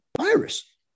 virus